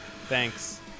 Thanks